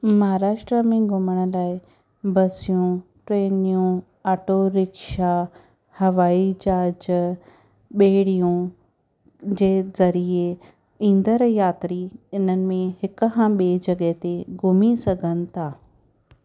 महाराष्ट्रा में घुमण लाइ बसियूं ट्रेनियूं ऑटोरिक्शा हवाई जहाज ॿेड़ियूं जे ज़रिए ईंदड़ यात्री इन में हिकु खां ॿिए जॻहि ते घुमी सघनि था